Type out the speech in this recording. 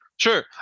Sure